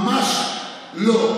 ממש לא.